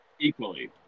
equally